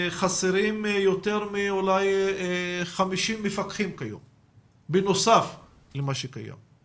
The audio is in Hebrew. חסרים יותר מ-50 מפקחים בנוסף למספר המפקחים הקיימים.